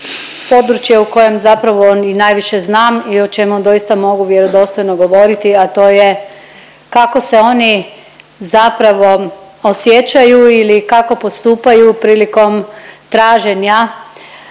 područje o kojem zapravo i najviše znam i o čemu doista mogu vjerodostojno govoriti, a to je kako se oni zapravo osjećaju ili kako postupaju prilikom traženja